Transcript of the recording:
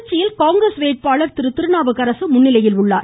திருச்சியில் காங்கிரஸ் வேட்பாளர் திரு திருநாவுக்கரசு முன்னிலையில் உள்ளார்